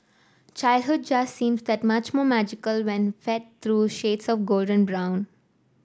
childhood just seems that much more magical when fed through shades of golden brown